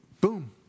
boom